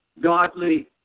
godly